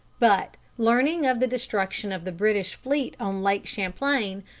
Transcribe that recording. but, learning of the destruction of the british fleet on lake champlain,